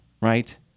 right